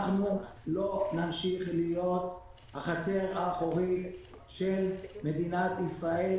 אנחנו לא נמשיך להיות החצר האחורית של מדינת ישראל